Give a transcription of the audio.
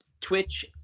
Twitch